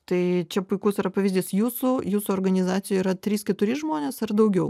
tai čia puikus yra pavyzdys jūsų jūsų organizacijoje yra trys keturi žmonės ar daugiau